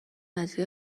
نزدیک